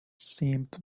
seemed